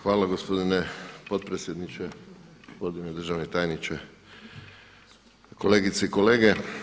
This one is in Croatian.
Hvala gospodine potpredsjedniče, gospodine državni tajniče, kolegice i kolege.